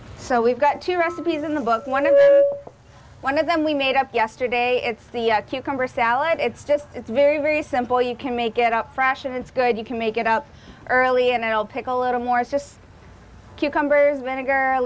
so we've got two recipes in the book one of one of them we made up yesterday it's the cucumber salad it's just it's very very simple you can make it up fresh and it's good you can make it out early and then i'll pick a little more just cucumbers manager a